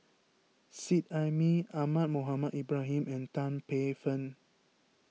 Seet Ai Mee Ahmad Mohamed Ibrahim and Tan Paey Fern